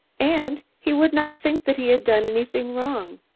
and he would not think that he had done anything wrong.